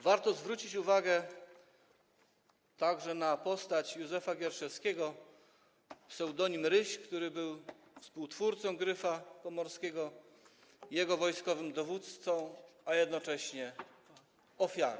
Warto zwrócić uwagę także na postać Józefa Gierszewskiego ps. Ryś, który był współtwórcą „Gryfa Pomorskiego”, jego wojskowym dowódcą, a jednocześnie ofiarą.